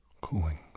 cooling